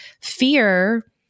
fear